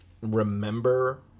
remember